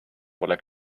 pole